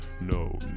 No